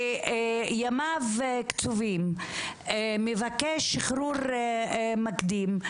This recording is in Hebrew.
שימיו קצובים, מבקש עכשיו שחרור מוקדם.